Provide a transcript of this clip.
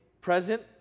present